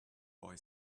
boy